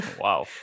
wow